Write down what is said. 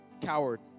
Coward